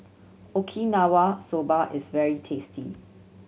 Okinawa Soba is very tasty